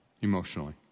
emotionally